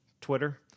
Twitter